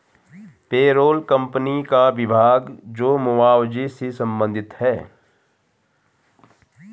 payroll company का विभाग जो मुआवजे से संबंधित है